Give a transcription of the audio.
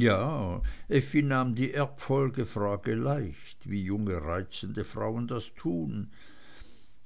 ja effi nahm die erbfolgefrage leicht wie junge reizende frauen das tun